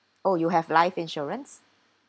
oh you have life insurance